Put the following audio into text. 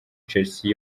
chelsea